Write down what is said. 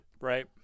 Right